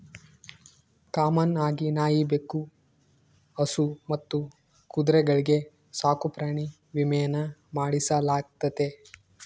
common ಆಗಿ ನಾಯಿ, ಬೆಕ್ಕು, ಹಸು ಮತ್ತು ಕುದುರೆಗಳ್ಗೆ ಸಾಕುಪ್ರಾಣಿ ವಿಮೇನ ಮಾಡಿಸಲಾಗ್ತತೆ